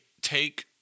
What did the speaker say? take